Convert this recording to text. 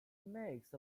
makes